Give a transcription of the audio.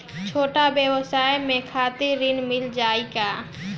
छोट ब्योसाय के खातिर ऋण मिल जाए का?